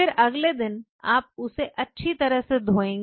फिर अगले दिन आप उसे अच्छी तरह धोएंगे